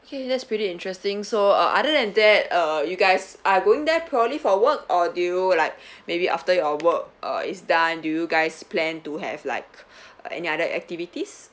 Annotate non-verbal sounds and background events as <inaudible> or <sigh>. okay that's pretty interesting so uh other than that uh you guys are going there purely for work or do you like <breath> maybe after your work uh is done do you guys plan to have like <breath> uh any other activities